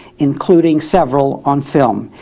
including several on film.